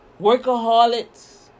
workaholics